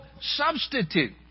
substitute